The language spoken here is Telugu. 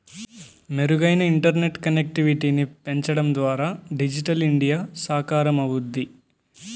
మెరుగైన ఇంటర్నెట్ కనెక్టివిటీని పెంచడం ద్వారా డిజిటల్ ఇండియా సాకారమవుద్ది